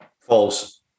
False